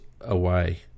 away